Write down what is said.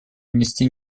внести